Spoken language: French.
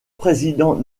président